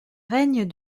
règne